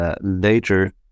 later